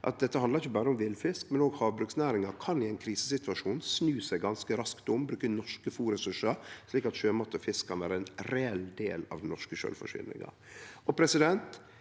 at dette ikkje berre handlar om villfisk, men havbruksnæringa kan i ein krisesituasjon snu seg ganske raskt om, bruke norske fôrressursar, slik at sjømat og fisk kan vere ein reell del av den norske sjølvforsyninga. Så er det